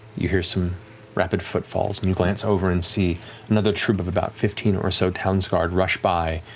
you hear some rapid footfalls, and you glance over and see another troop of about fifteen or so townsguard rush by,